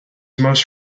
most